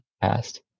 past